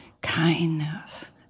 kindness